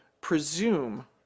presume